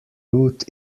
route